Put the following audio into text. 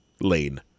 lane